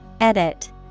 Edit